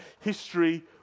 history